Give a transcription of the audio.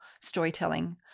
storytelling